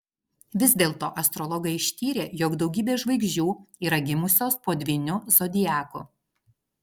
vis dėlto astrologai ištyrė jog daugybė žvaigždžių yra gimusios po dvyniu zodiaku